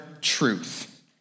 truth